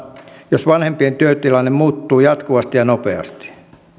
jos vanhempien työtilanne muuttuu jatkuvasti ja nopeasti